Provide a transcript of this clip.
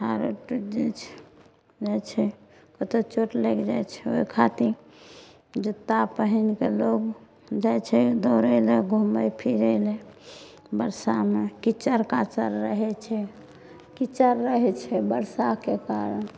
पैर हाथ टूटि जाइत छै जाइत छै कतहुँ चोट लागि जाइत छै ओहि खातिर जूत्ता पहिनके लोग जाइ छै दौड़य लऽ घूमय फिरय लऽ बरसामे कीचड़ काचड़ रहैत छै कीचड़ रहैत छै बरसाके कारण